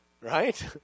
Right